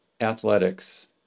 athletics